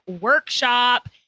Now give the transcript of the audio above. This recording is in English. workshop